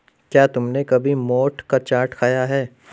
क्या तुमने कभी मोठ का चाट खाया है?